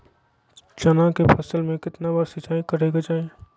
चना के फसल में कितना बार सिंचाई करें के चाहि?